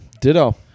Ditto